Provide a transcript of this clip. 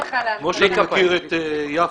כמו שאני מכיר את יפה,